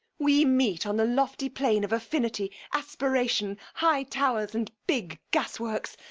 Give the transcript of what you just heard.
we meet on the lofty plane of affinity, aspiration, high towers and big gas-works,